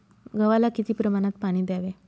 गव्हाला किती प्रमाणात पाणी द्यावे?